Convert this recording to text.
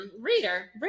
Reader